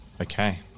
Okay